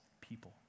people